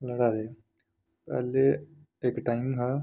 लड़ै दे पैह्लें इक टाइम हा